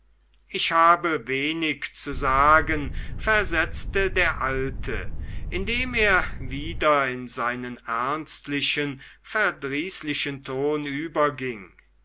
ich habe wenig zu sagen versetzte der alte indem er wieder in seinen ernstlichen verdrießlichen ton überging